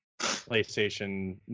playstation